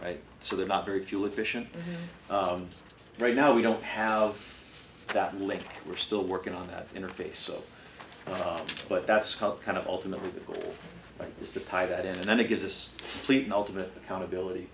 show so they're not very fuel efficient right now we don't have that licked we're still working on that interface so far but that's kind of ultimately the goal is to tie that in and then it gives us please ultimate accountability